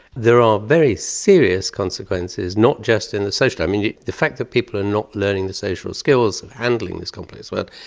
there are very serious consequences, not just in the social, i mean, the fact that people are not learning the social skills, handling this complex world,